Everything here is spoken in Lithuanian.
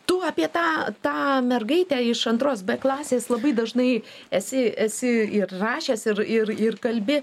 tu apie tą tą mergaitę iš antros b klasės labai dažnai esi esi ir rašęs ir ir ir kalbi